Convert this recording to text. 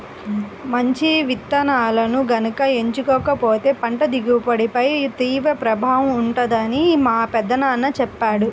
మంచి విత్తనాలను గనక ఎంచుకోకపోతే పంట దిగుబడిపై తీవ్ర ప్రభావం ఉంటుందని మా పెదనాన్న చెప్పాడు